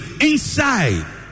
Inside